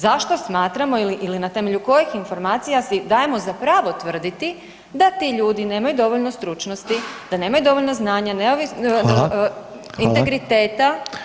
Zašto smatramo ili na temelju kojih informacija si dajemo za pravo tvrditi da ti ljudi nemaju dovoljno stručnosti, da nemaju dovoljno znanja, integriteta.